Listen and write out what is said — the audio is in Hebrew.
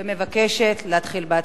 ומבקשת להתחיל בהצבעה.